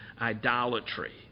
idolatry